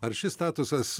ar šis statusas